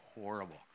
horrible